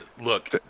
look